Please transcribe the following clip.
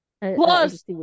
Plus